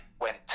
went